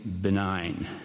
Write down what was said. benign